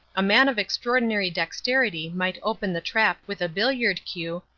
a man of extraordinary dexterity might open the trap with a billiard cue,